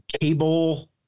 cable